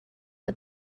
but